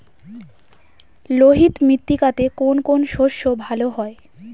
লোহিত মৃত্তিকাতে কোন কোন শস্য ভালো হয়?